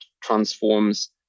transforms